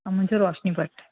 मुंहिंजो रोशनी भट